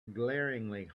glaringly